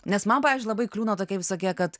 nes man pavyzdžiui labai kliūna tokie visokie kad